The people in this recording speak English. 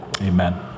amen